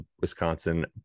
Wisconsin